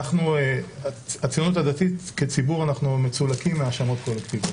הציונות הדתית כציבור מצולקת מהאשמות קולקטיביות,